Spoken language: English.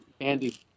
Andy